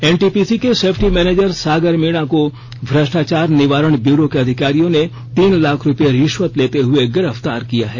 NTPC के safety manager Sagar Meena को भ्रष्टाचार निवारण ब्यूरो के अधिकारियों ने तीन लाख रूपये रिश्वत लेते हुए गिरफ्तार किया है